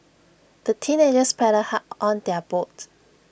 the teenagers paddled hard on their boat